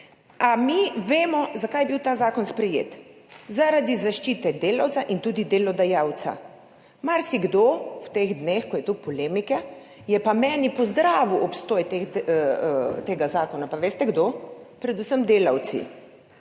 A mi vemo, zakaj je bil ta zakon sprejet? Zaradi zaščite delavca in tudi delodajalca. Marsikdo pa je v teh dneh, ko so te polemike, meni pozdravil obstoj tega zakona. Pa veste, kdo? Predvsem delavci.